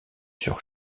sur